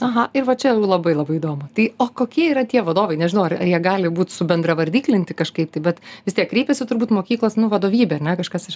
aha ir va čia jau labai labai įdomu tai o kokie yra tie vadovai nežinau ar jie gali būt subendravardiklinti kažkaip tai bet vis tiek kreipiasi turbūt mokyklos nu vadovybė ar ne kažkas iš